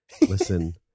listen